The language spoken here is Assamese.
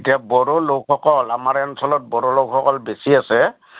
এতিয়া বড়ো লোকসকল আমাৰ এই অঞ্চলত বড়ো লোকসকল বেছি আছে